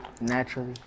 Naturally